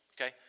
okay